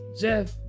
Jeff